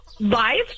live